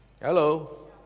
Hello